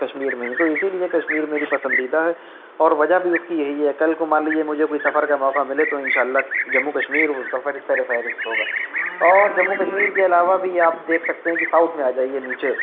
کشمیر میں ہی تو اسی لیے کشمیر میری پسندیدہ ہے اور وجہ بھی اس کی یہی ہے کل کو مان لیجیے مجھے کوئی سفر کا موقع ملے تو ان شاء اللہ جمو کشمیر وہ سفر سر فہررست ہوگا اور جمو کشمیر کے علاوہ بھی آپ دیکھ سکتے ہیں کہ ساؤتھ میں آ جائیے نیچے